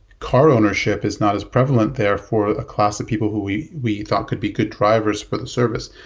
car ownership is not as prevalent there for a class of people who we we thought could be good drivers for the service.